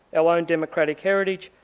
our own democratic heritage,